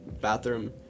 bathroom